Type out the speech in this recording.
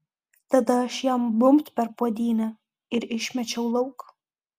tada aš jam bumbt per puodynę ir išmečiau lauk